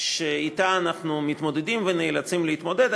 שאתה אנחנו מתמודדים ונאלצים להתמודד.